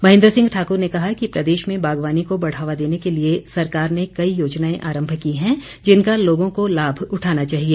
महेन्द्र सिंह ठाकुर ने कहा कि प्रदेश में बागवानी को बढ़ावा देने के लिए सरकार ने कई योजनाएं आरंभ की हैं जिनका लोगों को लाभ उठाना चाहिए